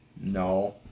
No